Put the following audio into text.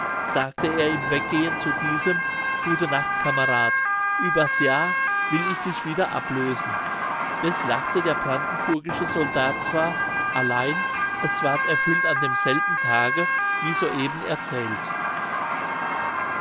sagte er im weggehen zu diesem gute nacht kamerad übers jahr will ich dich wieder ablösen deß lachte der brandenburgische soldat zwar allein es ward erfüllt an demselbigen tage wie so eben erzählt